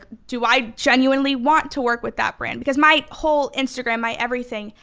do i genuinely want to work with that brand? because my whole instagram, my everything,